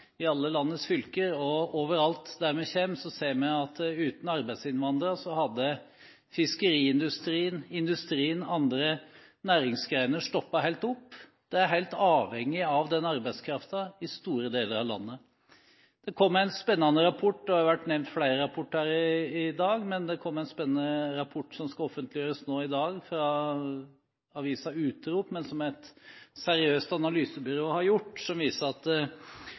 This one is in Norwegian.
i alle landets fylker, og overalt der vi kommer, ser vi at uten arbeidsinnvandrere hadde fiskeriindustrien, industrien og andre næringsgrener stoppet helt opp. Man er helt avhengig av den arbeidskraften i store deler av landet. Det har vært nevnt flere rapporter her i dag, men det kommer en spennende rapport som skal offentliggjøres nå i dag i avisen Utrop, som et seriøst analysebyrå har gjort. Den viser at